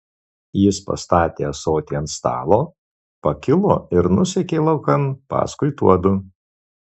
jis pastatė ąsotį ant stalo pakilo ir nusekė laukan paskui tuodu